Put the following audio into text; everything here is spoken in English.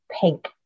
pink